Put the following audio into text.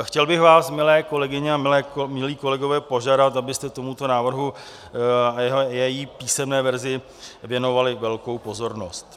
Chtěl bych vás, milé kolegyně a milí kolegové, požádat, abyste tomuto návrhu a jeho písemné verzi věnovali velkou pozornost.